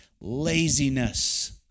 laziness